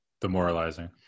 demoralizing